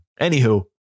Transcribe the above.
Anywho